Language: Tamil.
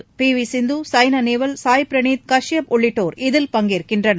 இன்று பி வி சிந்து சாய்னா நேவால் சாய் பிரனீத் காஷ்யப் உள்ளிட்டோர் இதில் பங்கேற்கின்றனர்